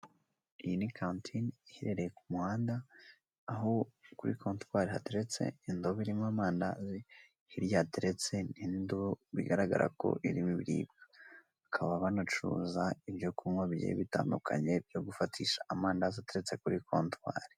Iyi ni kantine iherereye ku muhanda, aho kuri kontwari hateretse indobo irimo amandazi, hirya hateretse indi ndobo bigaragara ko irimo ibiribwa, bakaba banacuruza ibyo kunywa bigiye bitandukanye byo gufatisha amandazi ateretse kuri kontwari.